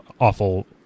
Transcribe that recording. awful